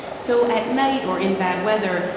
so at night, or in bad weather,